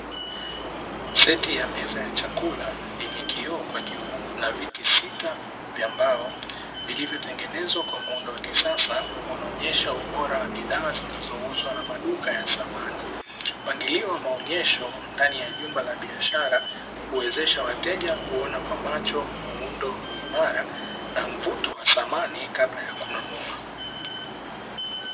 Seti ya meza ya chakula yenye kioo kwa juu na viti sita vya mbao vilivyotengenezwa kwa muundo wa kisasa, unaonyesha ubora wa bidhaa zinazouzwa na maduka ya samani. Mpangilio wa maonyesho ndani ya jumba la biashara huwezesha wateja kuona kwa macho muundo imara na mvuto wa samani kabla ya kununua.